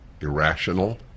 irrational